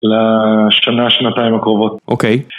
לשנה שנתיים הקרובות. אוקיי